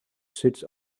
sits